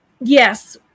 yes